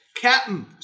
Captain